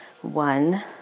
one